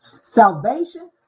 Salvation